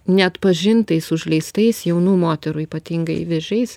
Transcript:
neatpažintais užleistais jaunų moterų ypatingai vėžiais